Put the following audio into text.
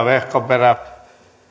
herra